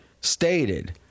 stated